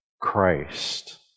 Christ